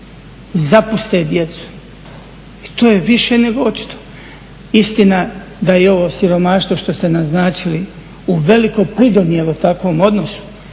zapuste djecu i to je više nego očito. Istina da i ovo siromaštvo što ste naznačili uveliko pridonijelo takvom odnosu,